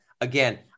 Again